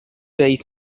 days